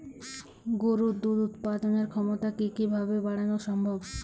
গরুর দুধ উৎপাদনের ক্ষমতা কি কি ভাবে বাড়ানো সম্ভব?